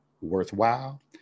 worthwhile